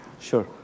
Sure